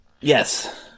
Yes